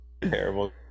terrible